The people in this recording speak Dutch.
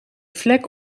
vlek